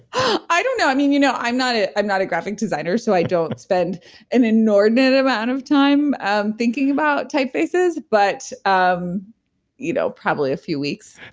don't know. i mean, you know i'm not ah i'm not a graphic designer. so i don't spend an inordinate amount of time um thinking about typefaces, but, um you know probably a few weeks